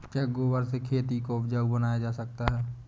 क्या गोबर से खेती को उपजाउ बनाया जा सकता है?